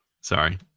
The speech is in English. Sorry